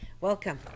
Welcome